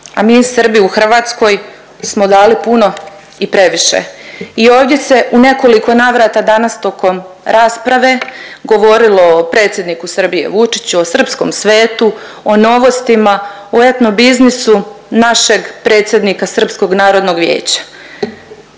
A mi Srbi u Hrvatskoj smo dali puno i previše. I ovdje se u nekoliko navrata danas tokom rasprave govorilo o predsjedniku Srbije Vučiću, o srpskom svetu, o Novostima, o etnobiznisu našeg predsjednika Srpskog narodnog vijeća.